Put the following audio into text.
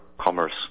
commerce